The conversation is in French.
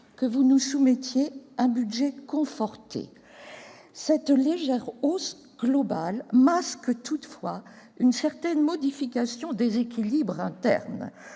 que vous nous soumettiez un budget conforté. Cette légère hausse globale masque toutefois une certaine modification des équilibres internes